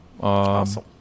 Awesome